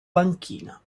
banchina